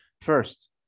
First